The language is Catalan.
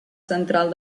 central